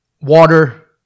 water